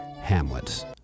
Hamlet